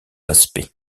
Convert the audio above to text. aspects